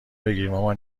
بگیرمامان